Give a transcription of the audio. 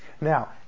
Now